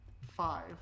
five